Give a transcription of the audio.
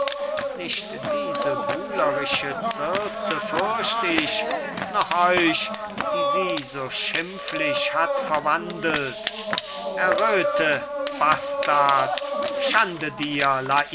nicht diese buhlerische circe fürcht ich noch euch die sie so schmipflich hat verwandelt erröte bastard schande dir